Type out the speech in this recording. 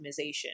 optimization